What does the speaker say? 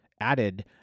added